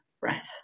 breath